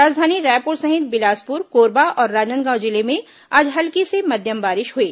राजधानी रायपुर सहित बिलासपुर कोरबा और राजनांदगांव जिले में आज हल्की से मध्यम बारिश हुई